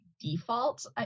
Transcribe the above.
default